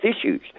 issues